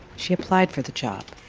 she applied for the job,